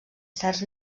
certs